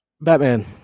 Batman